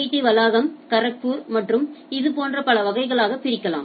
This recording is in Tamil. டி வளாகம் கரக்பூர் மற்றும் இதுபோன்ற பல வகைகளாக பிரிக்கலாம்